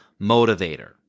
motivator